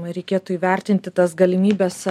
reikėtų įvertinti tas galimybes